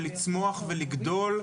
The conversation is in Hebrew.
ולצמוח ולגדול.